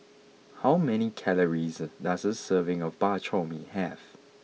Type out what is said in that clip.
how many calories does a serving of Bak Chor Mee have